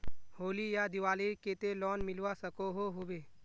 होली या दिवालीर केते लोन मिलवा सकोहो होबे?